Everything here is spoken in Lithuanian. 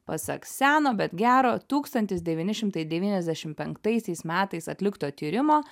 pasak seno bet gero tūkstantis devyni šimtai devyniasdešimt penktaisiais metais atlikto tyrimo